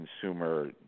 Consumer